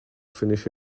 finish